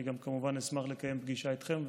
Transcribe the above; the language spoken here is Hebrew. אני גם כמובן אשמח לקיים פגישה איתכם,